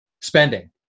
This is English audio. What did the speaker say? spending